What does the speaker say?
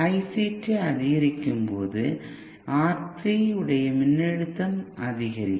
ICT அதிகரிக்கும்போது R3 இன் உடைய மின்னழுத்தம் அதிகரிக்கும்